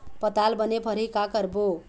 पताल बने फरही का करबो?